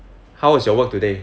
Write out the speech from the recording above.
how is your work today